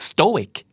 Stoic